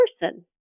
person